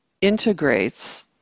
integrates